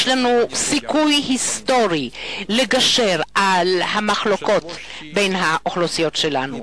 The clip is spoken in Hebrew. הסיכוי ההיסטורי לגשר על המחלוקות בין האוכלוסיות שלנו.